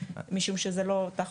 משום שזה לא תחת טיפול שלי.